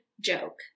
joke